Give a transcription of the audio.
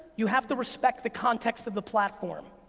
you have to respect the context of the platform.